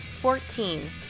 Fourteen